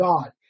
God